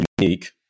unique